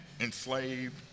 enslaved